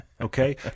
Okay